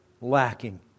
lacking